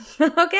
Okay